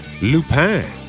Lupin